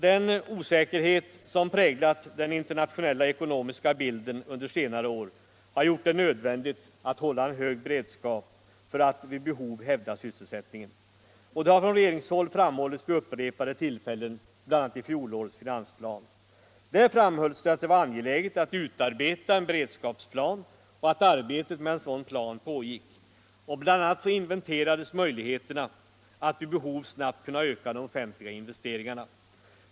Den osäkerhet som präglat den internationella ekonomiska bilden under senare år har gjort det nödvändigt att hålla en hög beredskap för att vid behov hävda sysselsättningen. Detta har från regeringshåll framhållits vid upprepade tillfällen, bl.a. i fjolårets finansplan. Där framhölls att det var angeläget att utarbeta en beredskapsplan och att arbetet med en sådan plan pågick. Bl.a. inventerades möjligheterna att vid behov snabbt kunna öka de offentliga investeringarna.